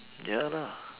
ya lah